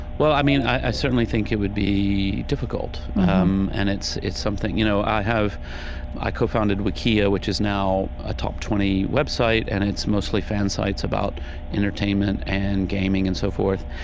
well, i mean, i certainly think it would be difficult mm-hmm um and it's it's something you know i have i co-founded wikia, which is now a top twenty website. and it's mostly fan sites about entertainment, and gaming, and so forth.